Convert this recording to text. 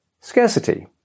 Scarcity